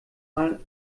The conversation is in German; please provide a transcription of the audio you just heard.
mal